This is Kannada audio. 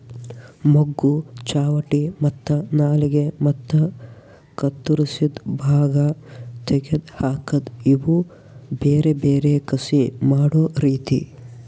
ಮೊಗ್ಗು, ಚಾವಟಿ ಮತ್ತ ನಾಲಿಗೆ ಮತ್ತ ಕತ್ತುರಸಿದ್ ಭಾಗ ತೆಗೆದ್ ಹಾಕದ್ ಇವು ಬೇರೆ ಬೇರೆ ಕಸಿ ಮಾಡೋ ರೀತಿ